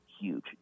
huge